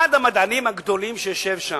אחד המדענים הגדולים שיושבים שם,